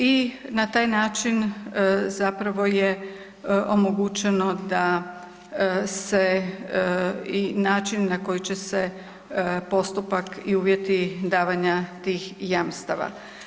I na taj način zapravo je omogućeno da se i način na koji će se postupak i uvjeti davanja tih jamstava.